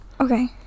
Okay